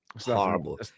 Horrible